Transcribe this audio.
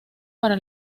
para